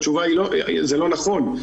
התשובה היא שזה לא נכון.